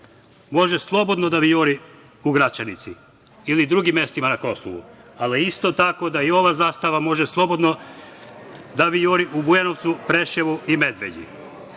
može slobodno da vijori u Gračanici ili drugim mestima na Kosovu, ali isto tako da i ova zastava može slobodno da vijori u Bujanovcu, Preševu i Medveđi.